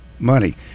money